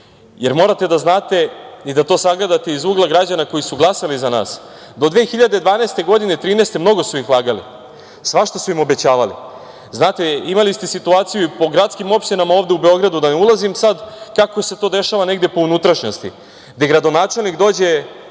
jer morate da znate i da to sagledate iz ugla građana koji su glasali za nas. Do 2012, 2013. godine mogu su ih lagali. Svašta su im obećavali. Znate, imali ste situaciju po gradskim opštinama ovde u Beogradu, da ne ulazim sad kako se to dešava negde po unutrašnjosti gde gradonačelnik dođe,